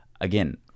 Again